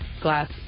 glass